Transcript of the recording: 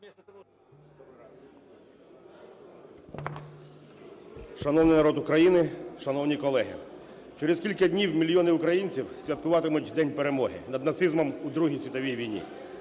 Шановний народ України! Шановні колеги! Через кілька днів мільйони українців святкуватимуть День перемоги над нацизмом у Другій світовій війні,